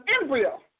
embryo